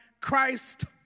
Christ